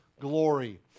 glory